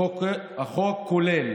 החוק כולל